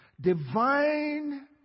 Divine